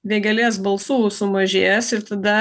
vėgėlės balsų sumažėjęs ir tada